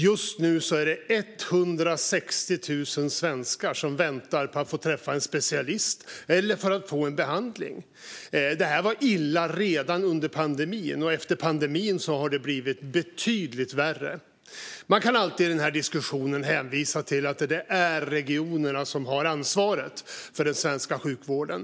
Just nu är det 160 000 svenskar som väntar på att få träffa en specialist eller för att få en behandling. Detta var illa redan under pandemin, och efter pandemin har det blivit betydligt värre. Man kan alltid i diskussionen hänvisa till att det är regionerna som har ansvaret för den svenska sjukvården.